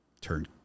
turn